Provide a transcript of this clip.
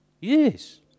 Yes